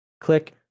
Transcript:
Click